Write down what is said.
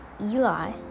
Eli